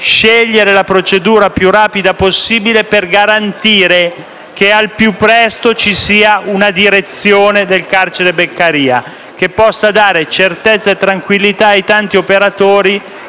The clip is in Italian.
scegliere la procedura più rapida possibile per garantire al più presto una direzione del carcere Beccaria, che possa dare certezza e tranquillità ai tanti operatori